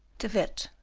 de witt,